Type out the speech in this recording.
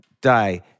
die